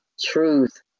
truth